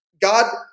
God